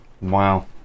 Wow